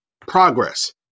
progress